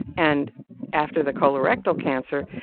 and after the colorectal cancer,